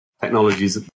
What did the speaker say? technologies